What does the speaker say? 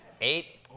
Eight